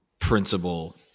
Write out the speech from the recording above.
principle